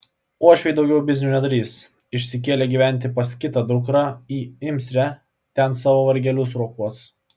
uošviai daugiau biznių nedarys išsikėlė gyventi pas kitą dukrą į imsrę ten savo vargelius rokuos